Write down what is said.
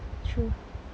true